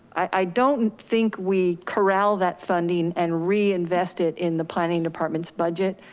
i don't think we corral that funding and reinvest it in the planning department's budget.